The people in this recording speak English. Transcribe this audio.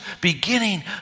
beginning